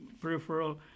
peripheral